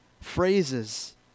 phrases